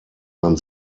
man